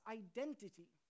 identity